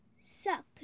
suck